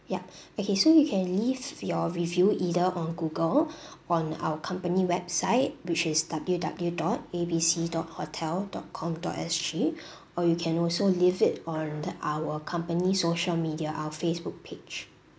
yup okay so you can leave your review either on google on our company website which is W W dot A B C dot hotel dot com dot S_G or you can also leave it on our company social media our facebook page